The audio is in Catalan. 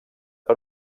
per